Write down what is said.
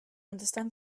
understand